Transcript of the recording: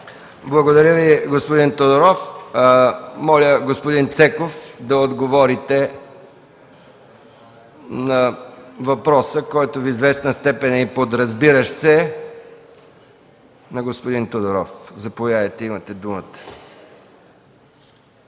Благодаря Ви, господин Тодоров. Моля господин Цеков, да отговорите на въпроса, който в известна степен е и подразбиращ се, на господин Тодоров. Заповядайте, имате думата.